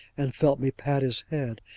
and felt me pat his head,